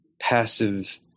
passive